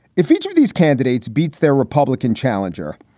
if each of these candidates beats their republican challenger,